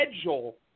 schedule